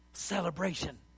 Celebration